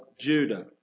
Judah